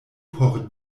por